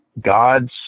God's